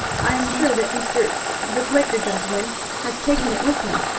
i am sure that mr the quaker gentleman has taken it with him.